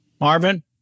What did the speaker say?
Marvin